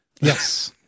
Yes